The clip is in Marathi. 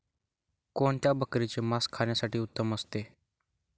कोणत्या बकरीचे मास खाण्यासाठी उत्तम असते?